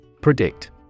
Predict